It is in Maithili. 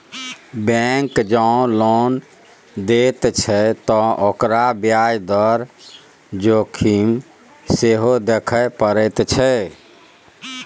बैंक जँ लोन दैत छै त ओकरा ब्याज दर जोखिम सेहो देखय पड़ैत छै